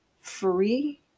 free